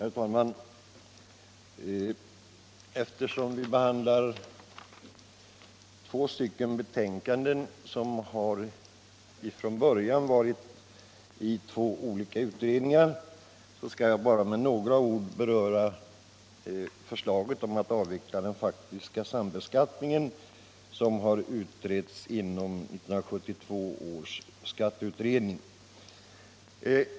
Herr talman! Eftersom vi behandlar två betänkanden som från början har behandlats i två olika utredningar, skall jag bara med några få ord beröra förslaget om att avveckla den faktiska sambeskattningen, som har utretts inom 1972 års skatteutredning.